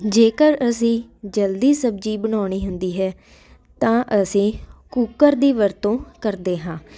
ਜੇਕਰ ਅਸੀਂ ਜਲਦੀ ਸਬਜ਼ੀ ਬਣਾਉਣੀ ਹੁੰਦੀ ਹੈ ਤਾਂ ਅਸੀਂ ਕੂਕਰ ਦੀ ਵਰਤੋਂ ਕਰਦੇ ਹਾਂ